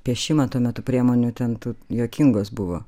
piešimą tuo metu priemonių ten tų juokingos buvo